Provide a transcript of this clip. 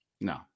No